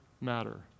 matter